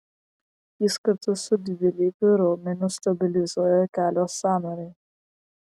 jis kartu su dvilypiu raumeniu stabilizuoja kelio sąnarį